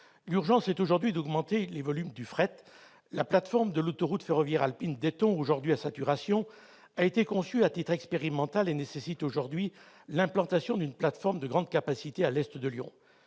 L'urgence est aujourd'hui d'augmenter les volumes du fret. La plateforme de l'autoroute ferroviaire alpine d'Aiton, aujourd'hui à saturation, a été conçue à titre expérimental et nécessite l'implantation d'une plateforme de grande capacité à l'est de Lyon.